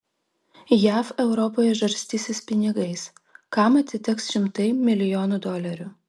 jav europoje žarstysis pinigais kam atiteks šimtai milijonų dolerių